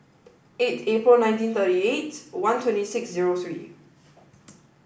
eight April nineteen thirty eight one twenty six zero three